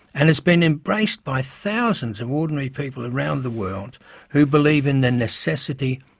and has been embraced by thousands of ordinary people around the world who believe in the necessity,